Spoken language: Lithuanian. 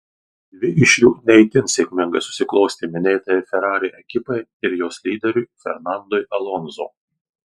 dvi iš jų ne itin sėkmingai susiklostė minėtajai ferrari ekipai ir jos lyderiui fernandui alonso